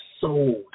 sold